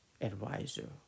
advisor